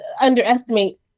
underestimate